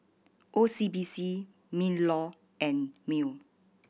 O C B C MinLaw and MEWR